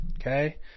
Okay